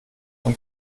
und